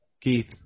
Keith